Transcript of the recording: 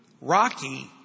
Rocky